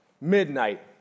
midnight